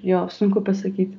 jo sunku pasakyt